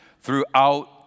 throughout